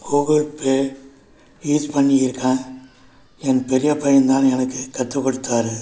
Google Pay use பண்ணிருக்கேன் என் பெரிய பையன் தான் எனக்கு கற்றுக் கொடுத்தாரு